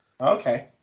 Okay